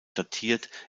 datiert